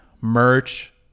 Merch